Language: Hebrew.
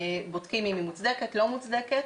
בודקים אם היא מוצדקת, לא מוצדקת.